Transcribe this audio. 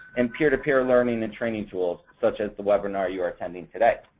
and peer to peer learning and training tools such as the webinar you are attending today.